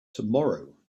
tomorrow